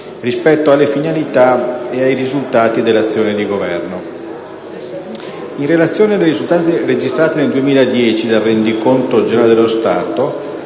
rispetto alle finalità e ai risultati dell'azione di governo. In relazione alle risultanze registrate nel 2010 dal rendiconto generale dello Stato,